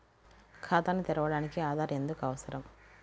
ఖాతాను తెరవడానికి ఆధార్ ఎందుకు అవసరం?